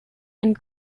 and